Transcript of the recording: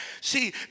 See